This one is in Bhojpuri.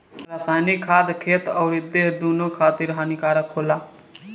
रासायनिक खाद खेत अउरी देह दूनो खातिर हानिकारक होला